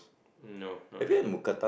no not really